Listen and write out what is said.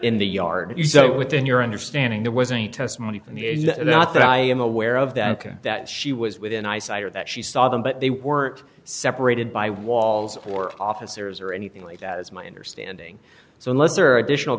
in the yard with in your understanding there was any testimony from the not that i am aware of that that she was within eyesight or that she saw them but they weren't separated by walls or officers or anything like that is my understanding so unless or additional